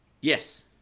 yes